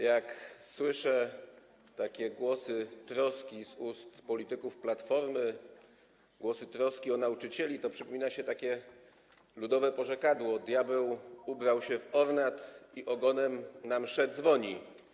Jak słyszę takie głosy troski z ust polityków Platformy, głosy troski o nauczycieli, to przypomina się ludowe porzekadło: diabeł ubrał się w ornat i ogonem na mszę dzwoni.